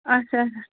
اَچھا اَچھا